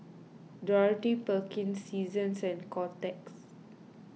Dorothy Perkins Seasons and Kotex